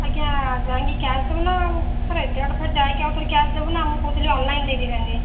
ଆଜ୍ଞା ଯାଇକି କ୍ୟାସ୍ ଦେବୁନା ସାର୍ ଏତେ ବାଟ ଫେର୍ ଯାଇକି ଆଉଥରେ କ୍ୟାସ୍ ଦେବୁନା ମୁଁ କହୁଥିଲି ଅନ୍ଲାଇନ୍ ଦେଇ ଦେଇଥାନ୍ତି